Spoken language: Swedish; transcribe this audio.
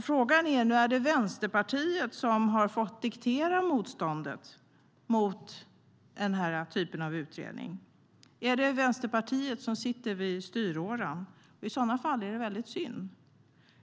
Frågan är om det är Vänsterpartiet som har fått diktera motståndet mot den här typen av utredningar. Är det Vänsterpartiet som sitter vid styråran? I så fall är det väldigt synd.